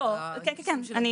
א'